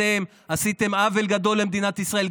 אתם עשיתם עוול גדול למדינת ישראל,